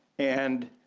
and